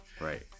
right